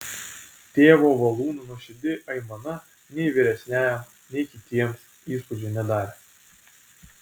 tėvo valūno nuoširdi aimana nei vyresniajam nei kitiems įspūdžio nedarė